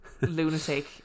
lunatic